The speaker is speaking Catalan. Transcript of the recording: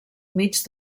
mig